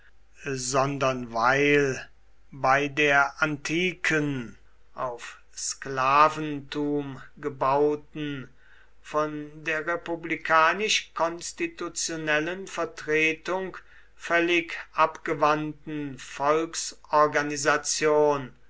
sondern weil bei der antiken auf sklavenrum gebauten von der republikanisch konstitutionellen vertretung völlig abgewandten